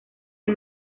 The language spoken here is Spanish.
del